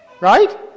Right